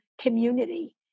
community